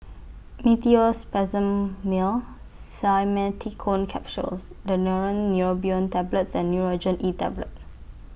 Meteospasmyl Simeticone Capsules Daneuron Neurobion Tablets and Nurogen E Tablet